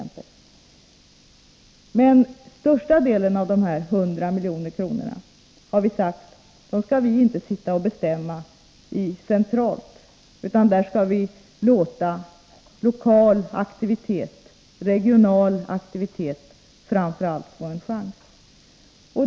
Men den största delen av de här 100 miljonerna skall vi inte sitta och bestämma om centralt, utan vi skall låta framför allt lokal och regional aktivitet få en chans.